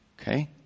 Okay